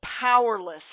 powerless